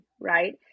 right